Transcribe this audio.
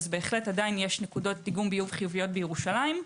עדיין יש נקודות דיגום ביוב חיוביות בירושלים.